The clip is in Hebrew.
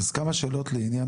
כמה שאלות לעניין